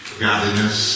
godliness